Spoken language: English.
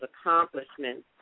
accomplishments